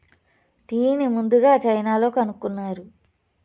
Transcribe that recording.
టీని ముందుగ చైనాలో కనుక్కున్నారు